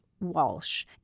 walsh